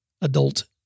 adult